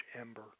ember